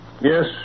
yes